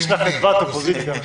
יש לה חדוות אופוזיציה.